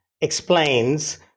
explains